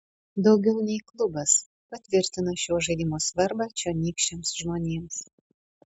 daugiau nei klubas patvirtina šio žaidimo svarbą čionykščiams žmonėms